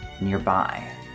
nearby